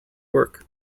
work